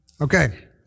Okay